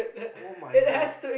[oh]-my-god